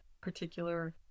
particular